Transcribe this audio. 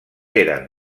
eren